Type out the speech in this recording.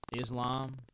Islam